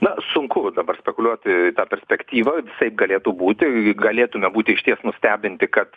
na sunku dabar spekuliuoti ta perspektyva visaip galėtų būti galėtume būti išties nustebinti kad